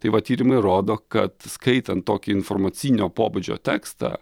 tai va tyrimai rodo kad skaitant tokį informacinio pobūdžio tekstą